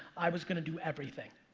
i was gonna do everything.